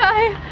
i